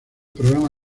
programa